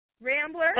Rambler